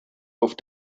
auf